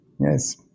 Yes